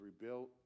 rebuilt